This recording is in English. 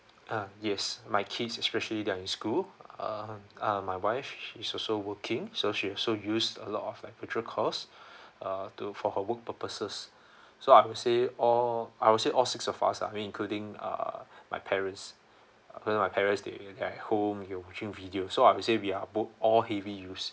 um yes my kids especially they are in school um uh my wife she is also working so she also use a lot of like virtual calls uh to for her work purposes so I would say all I would say all six of us lah I mean including uh my parents also my parents they at home they will watching video so I will say we are both all heavy use